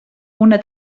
una